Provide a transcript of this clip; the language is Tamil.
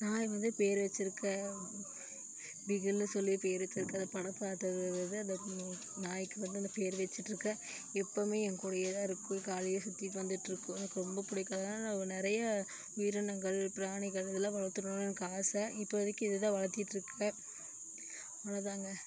நாய் வந்து பேர் வச்சிருக்கேன் பிகில்ன்னு சொல்லி பேர் வச்சிருக்கேன் அந்த படம் பார்த்ததுலேந்து நாய்க்கு வந்து அந்த பேர் வச்சிட்டுருக்கேன் எப்பவுமே என் கூடவே தான் இருக்கும் காலையே சுற்றி சுற்றி வந்துகிட்டு இருக்கும் எனக்கு ரொம்ப பிடிக்கும் ஏன்னா நான் நிறைய உயிரினங்கள் பிராணிகள் இதெல்லாம் வளர்க்கணுன்னு எனக்கு ஆசை இப்போதைக்கி இதுதான் வளர்த்தீட்டு இருக்கேன் அவ்வளோதாங்க